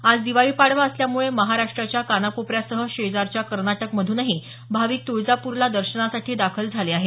आज दिवाळी पाडवा असल्यामुळे महाराष्ट्राच्या कानाकोपऱ्यासह शेजारच्या कर्नाटक मधूनही भाविक तुळजापूरला दर्शनासाठी दाखल झाले आहेत